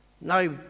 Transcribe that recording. Now